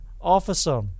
officer